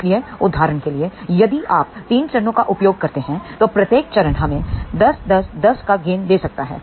इसलिए उदाहरण के लिए यदि आप 3 चरणों का उपयोग करते हैं तो प्रत्येक चरण हमें 10 10 10 का गेन दे सकता है